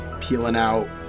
peeling-out